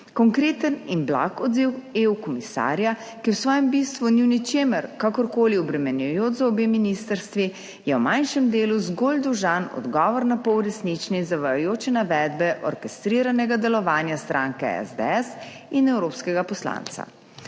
Konkreten in blag odziv EU komisarja, ki v svojem bistvu ni v ničemer kakorkoli obremenjujoč za obe ministrstvi, je v manjšem delu zgolj dolžan odgovor na po uresničeni zavajajoče navedbe orkestriranega delovanja stranke SDS in evropskega poslanca.